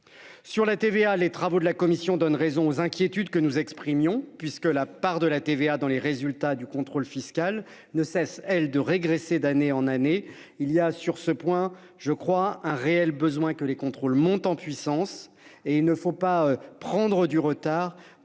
Sur la TVA les travaux de la commission donne raison aux inquiétudes que nous exprimons puisque la part de la TVA dans les résultats du contrôle fiscal ne cesse elle de régresser d'année en année, il y a sur ce point je crois un réel besoin que les contrôles monte en puissance et il ne faut pas prendre du retard